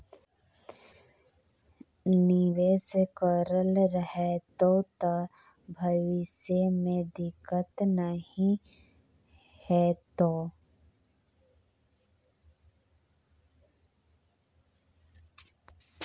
निवेश करल रहतौ त भविष्य मे दिक्कत नहि हेतौ